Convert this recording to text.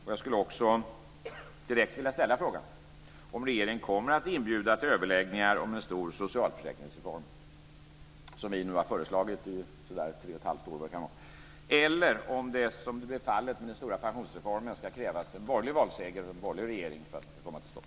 Jag skulle också direkt vilja ställa frågan om regeringen kommer att inbjuda till överläggningar om en stor socialförsäkringsreform, vilket vi nu har föreslagit i så där tre och ett halvt år eller vad kan vara. Eller ska det, som i fallet med den stora pensionsreformen, krävas en borgerlig valseger och en borgerlig regering för att detta ska komma till stånd?